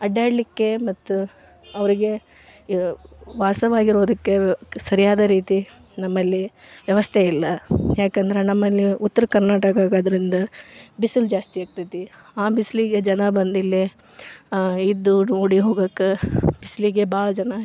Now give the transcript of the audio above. ಅಡ್ಡಾಡಲಿಕ್ಕೆ ಮತ್ತು ಅವರಿಗೆ ವಾಸವಾಗಿರೋದಕ್ಕೆ ಸರಿಯಾದ ರೀತಿ ನಮ್ಮಲ್ಲಿ ವ್ಯವಸ್ಥೆ ಇಲ್ಲ ಯಾಕಂದ್ರೆ ನಮ್ಮಲ್ಲಿ ಉತ್ತರ ಕರ್ನಾಟಕ ಆಗೋದ್ರಿಂದ ಬಿಸಿಲು ಜಾಸ್ತಿ ಆಗ್ತೈತಿ ಆ ಬಿಸಿಲಿಗೆ ಜನ ಬಂದು ಇಲ್ಲಿ ಇದ್ದು ನೋಡಿ ಹೋಗೋಕೆ ಬಿಸ್ಲಿಗೆ ಭಾಳ ಜನ